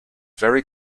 very